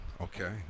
okay